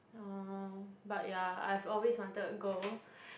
oh but ya I've always wanted go